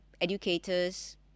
educators